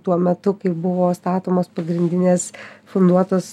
tuo metu kai buvo statomos pagrindinės funduotos